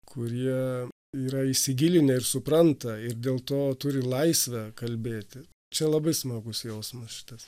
kurie yra įsigilinę ir supranta ir dėl to turi laisvę kalbėti čia labai smagus jausmas šitas